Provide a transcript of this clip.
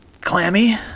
Clammy